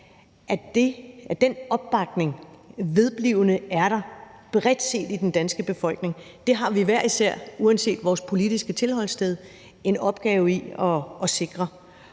hvert år, vedblivende er der bredt i den danske befolkning. Det har vi hver især, uanset vores politiske tilholdssted, en opgave i at sikre.